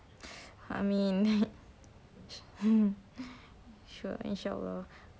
amin sure inshaallah